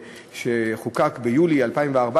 שחוקק ביולי 2014,